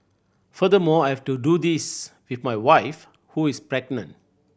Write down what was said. furthermore I have to do this with my wife who is pregnant